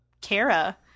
kara